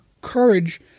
courage